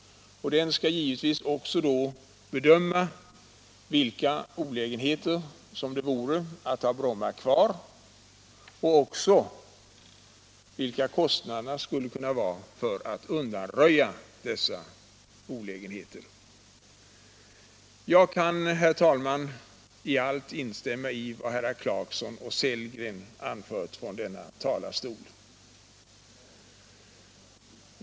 Utredningen skall givetvis också bedöma vilka olägenheter det skulle innebära att ha Bromma kvar och vilka kostnader det skulle medföra att undanröja dessa olägenheter. Jag kan f.ö., herr talman, i allt instämma i vad herrar Clarkson och Sellgren anfört från denna talarstol.